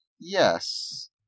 Yes